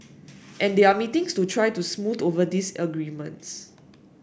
and they are meeting to try to smooth over these disagreements